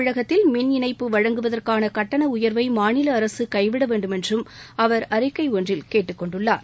தமிழகத்தில் மின் இணைப்பு வழங்குவதற்கான கட்டண உயர்வை மாநில அரசு கைவிட வேண்டுமென்றும் அவர் அறிக்கை ஒன்றில் கேட்டுக் கொண்டுள்ளார்